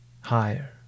higher